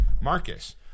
Marcus